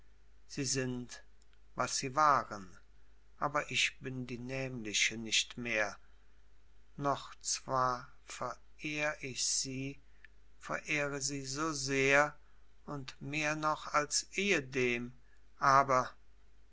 sie sind was sie waren aber ich bin die nämliche nicht mehr noch zwar verehr ich sie verehre sie so sehr und mehr noch als ehedem aber